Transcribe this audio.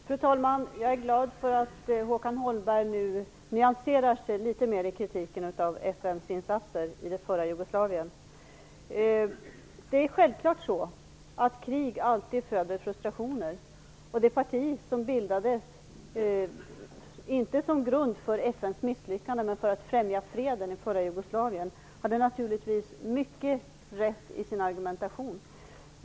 Fru talman! Jag är glad för att Håkan Holmberg nu nyanserar sig litet mer i kritiken mot FN:s insatser i det forna Jugoslavien. Det är självklart så, att krig alltid föder frustrationer. Det parti som bildades, inte på grund av FN:s misslyckanden utan för att främja freden i det forna Jugoslavien, hade naturligtvis rätt i sin argumentation.